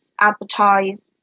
advertise